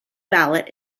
ballot